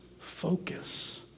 focus